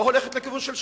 לא הולכת לכיוון של שלום,